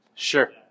Sure